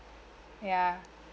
ya